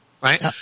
Right